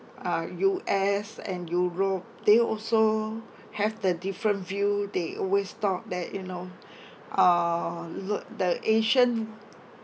uh U_S and euro they also have the different view they always thought that you know ah look the asian